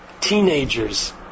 teenagers